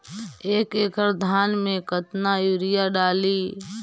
एक एकड़ धान मे कतना यूरिया डाली?